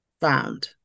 found